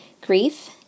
grief